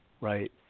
Right